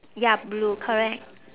ya blue correct